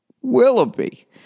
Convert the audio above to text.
Willoughby